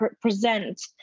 present